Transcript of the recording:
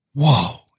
whoa